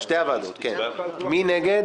מי נגד?